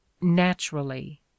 naturally